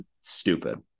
stupid